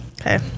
Okay